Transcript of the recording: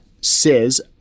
says